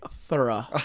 thorough